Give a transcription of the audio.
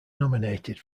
nominated